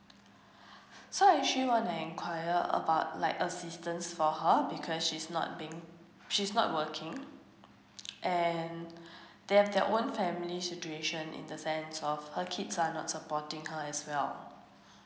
so actually wanna enquire about like assistance for her because she's not being she's not working and they have their own family situation in the sense of her kids are not supporting her as well